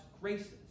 graces